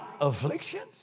afflictions